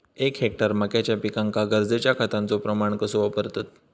एक हेक्टर मक्याच्या पिकांका गरजेच्या खतांचो प्रमाण कसो वापरतत?